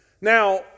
Now